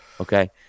okay